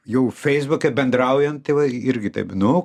jau feisbuke bendraujant tai va irgi taip nu